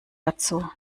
dazu